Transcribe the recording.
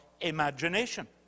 imagination